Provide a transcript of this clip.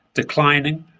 declining,